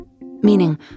meaning